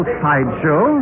sideshow